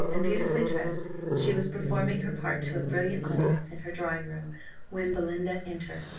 and beautifully dressed, she was performing her part to a brilliant audience in her drawing-room when belinda entered.